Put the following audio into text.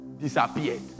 disappeared